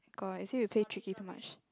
god is it we play tricky too much